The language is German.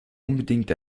unbedingt